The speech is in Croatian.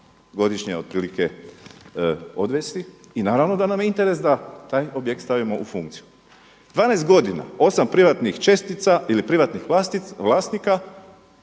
godišnje otprilike odvesti i naravno da nam je interes da taj objekt stavimo u funkciju. 12 godina, 8 privatnih čestica ili privatnih vlasnika